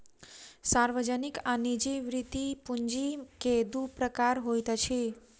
सार्वजनिक आ निजी वृति पूंजी के दू प्रकार होइत अछि